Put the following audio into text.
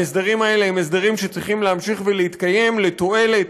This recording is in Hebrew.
ההסדרים האלה הם הסדרים שצריכים להמשיך ולהתקיים לתועלת